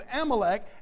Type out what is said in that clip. Amalek